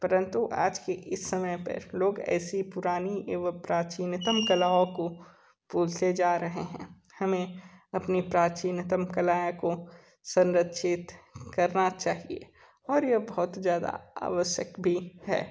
परंतु आज के इस समय पे लोग ऐसी पुरानी एवं प्राचीनतम कलाओं को पूछे जा रहे हैं हमें अपनी प्राचीनतम कलाएँ को संरक्षित करना चाहिए और ये बहुत ज़्यादा आवश्यक भी है